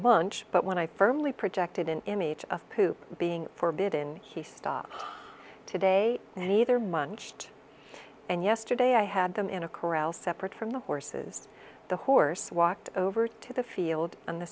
munch but when i firmly projected an image of poop being forbidden he stopped today and either munched and yesterday i had them in a corral separate from the horses the horse walked over to the field on the